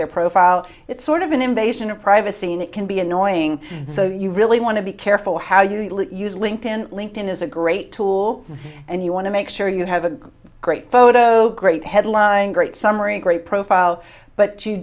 their profile it's sort of an invasion of privacy and it can be annoying so you really want to be careful how you use linked in linked in is a great tool and you want to make sure you have a great photo great headline great summary great profile but you